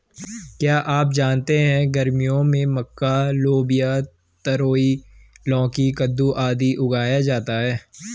क्या आप जानते है गर्मियों में मक्का, लोबिया, तरोई, लौकी, कद्दू, आदि उगाया जाता है?